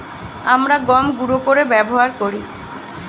আমরা গম গুঁড়ো করে ব্যবহার করি